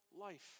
life